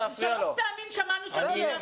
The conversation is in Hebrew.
כבר שלוש פעמים שמענו שהמדינה צריכה להכניס יד לכיס.